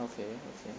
okay okay